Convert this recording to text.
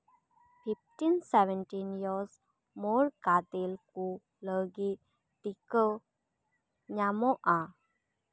fifteen seventeen years ᱢᱳᱨ ᱜᱟᱫᱮᱞ ᱠᱩ ᱞᱟᱹᱜᱤᱫ ᱴᱤᱠᱟᱹ ᱧᱟᱢᱚᱜᱼᱟ